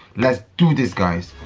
let's do this guys